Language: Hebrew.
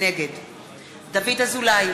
נגד דוד אזולאי,